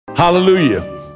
Hallelujah